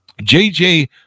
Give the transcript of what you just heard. jj